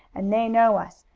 and they know us,